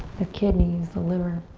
the kidneys, the liver.